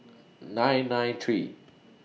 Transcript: nine nine three